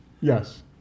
Yes